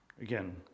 again